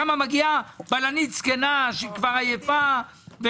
שם מגיעה בלנית זקנה שכבר עייפה,